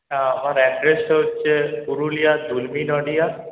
না আমার অ্যাড্রেসটা হচ্ছে পুরুলিয়া দূরবীন অডিও